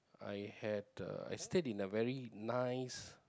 I had a I stayed in a very nice